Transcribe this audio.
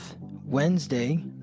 wednesday